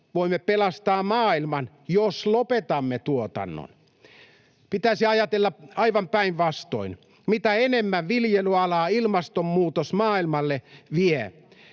voimme pelastaa maailman, jos lopetamme tuotannon. Pitäisi ajatella aivan päinvastoin: mitä enemmän viljelyalaa ilmastonmuutos maailmalla vie,